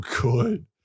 good